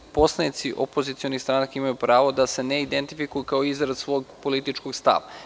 Poslanici opozicionih stranaka imaju pravo da se ne identifikuju kao izraz svog poslaničkog stava.